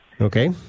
Okay